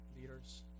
leaders